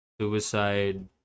suicide